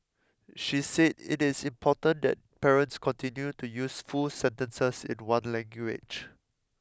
she said it is important that parents continue to use full sentences in one language